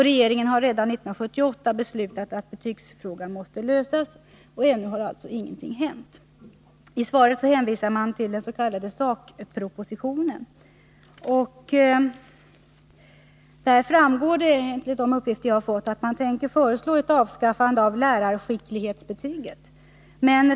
Regeringen beslutade redan 1978 att betygsfrågan måste lösas. Men ännu har alltså ingenting hänt. I svaret hänvisar regeringen till dens.k. SAK-propositionen. Där framgår det, enligt de uppgifter jag fått, att man tänker föreslå ett avskaffande av lärarskicklighetsbetyget.